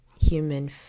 human